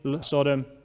Sodom